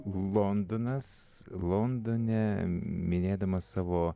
londonas londone minėdama savo